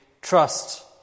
trust